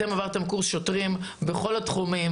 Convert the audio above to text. אתם עברתם קורס שוטרים בכל התחומים.